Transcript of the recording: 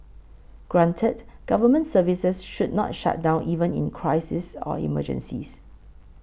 granted government services should not shut down even in crises or emergencies